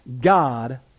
God